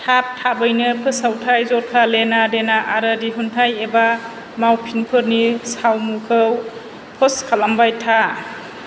थाब थाबैनो फोसावथाय जखा लेना देना आरो दिहुन्थाइ एबा मावफिनफोरनि सावमुखौ पस्ट खालामबाय था